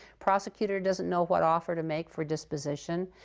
prosecutor doesn't know what offer to make for disposition.